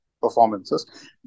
performances